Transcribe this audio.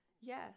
Yes